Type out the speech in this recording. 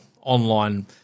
online